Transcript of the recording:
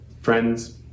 Friends